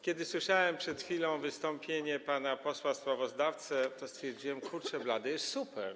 Kiedy słyszałem przed chwilą wystąpienie pana posła sprawozdawcy, to stwierdziłem: kurczę blade, jest super.